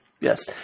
Yes